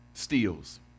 steals